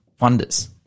wonders